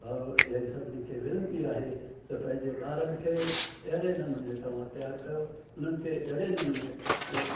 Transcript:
और इहा ई सभिनी खे वेनिती आहे त पंहिंजे ॿारनि खे अहिड़े नमूने त तवां तयारु कयो उन्हनि खे अहिड़े नमूने